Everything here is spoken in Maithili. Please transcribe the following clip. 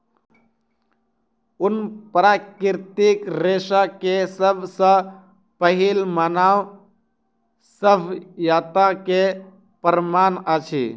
ऊन प्राकृतिक रेशा के सब सॅ पहिल मानव सभ्यता के प्रमाण अछि